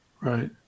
Right